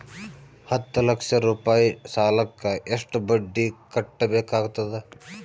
ಹತ್ತ ಲಕ್ಷ ರೂಪಾಯಿ ಸಾಲಕ್ಕ ಎಷ್ಟ ಬಡ್ಡಿ ಕಟ್ಟಬೇಕಾಗತದ?